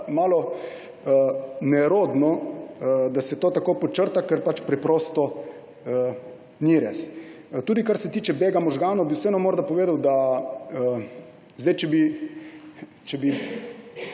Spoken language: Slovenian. malo nerodno, da se to tako podčrta, ker preprosto ni res. Kar se tiče bega možganov, bi vseeno morda povedal, če bi